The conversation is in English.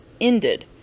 ended